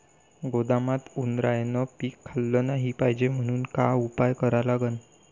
गोदामात उंदरायनं पीक खाल्लं नाही पायजे म्हनून का उपाय करा लागन?